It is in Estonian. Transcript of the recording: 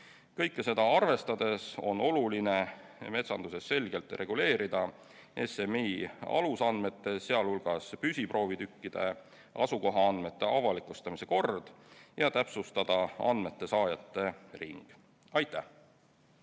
Kõike seda arvestades on oluline metsanduses selgelt reguleerida SMI alusandmete, sh püsiproovitükkide asukohaandmete avalikustamise kord ja täpsustada andmesaajate ring. Aitäh!